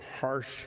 harsh